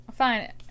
fine